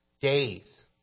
days